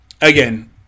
again